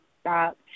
stop